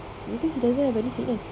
because he doesn't have any sickness